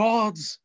God's